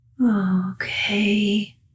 Okay